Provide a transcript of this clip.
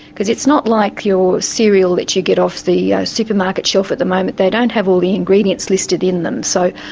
because it's not like your cereal that you get off the supermarket shelf at the moment, they don't have all the ingredients listed in them. so,